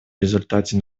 результате